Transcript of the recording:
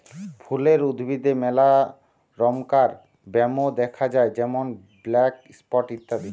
ফুলের উদ্ভিদে মেলা রমকার ব্যামো দ্যাখা যায় যেমন ব্ল্যাক স্পট ইত্যাদি